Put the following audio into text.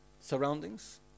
surroundings